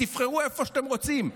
תבחרו איפה שאתם רוצים.